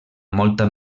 molta